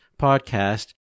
podcast